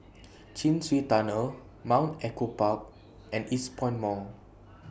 Chin Swee Tunnel Mount Echo Park and Eastpoint Mall